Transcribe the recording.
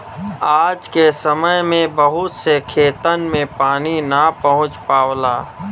आज के समय में बहुत से खेतन में पानी ना पहुंच पावला